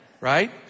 Right